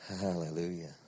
Hallelujah